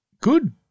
Good